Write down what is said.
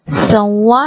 तुला खात्री आहे